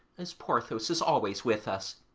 as porthos is always with us.